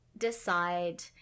Decide